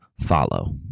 follow